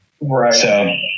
Right